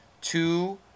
two